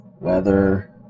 weather